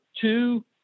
two